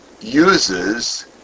uses